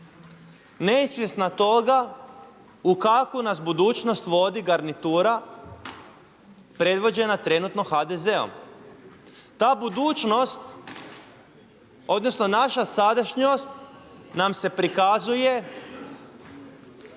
nesvjesna toga u kakvu nas budućnost vodi garnitura predvođena trenutno HDZ-om. Ta budućnost odnosno naša sadašnjost nam se prikazuje